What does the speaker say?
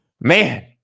Man